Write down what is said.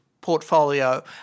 portfolio